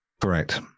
Correct